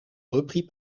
repris